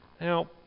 Now